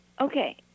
Okay